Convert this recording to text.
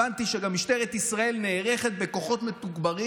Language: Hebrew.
הבנתי שגם משטרת ישראל נערכת בכוחות מתוגברים,